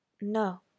No